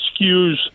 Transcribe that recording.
skews